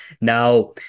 Now